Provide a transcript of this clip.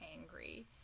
angry